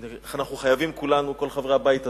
אנחנו חייבים כולנו, כל חברי הבית הזה,